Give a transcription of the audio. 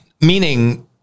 Meaning